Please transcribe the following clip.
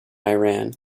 iran